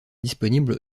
disponible